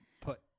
Put